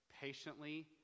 patiently